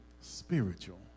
spiritual